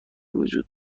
وجود